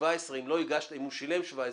ואם הוא שילם ב-2017,